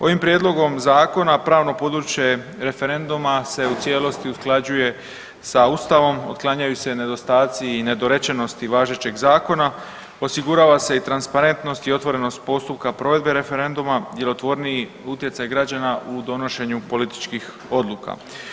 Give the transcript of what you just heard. Ovim Prijedlogom zakona pravno područje referenduma se u cijelosti usklađuje sa Ustavom, otklanjaju se nedostaci i nedorečenosti važećeg Zakona, osigurava se i transparentnost i otvorenost postupka provedbe referenduma, djelotvorniji utjecaj građana u donošenju političkih odluka.